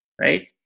Right